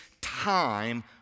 time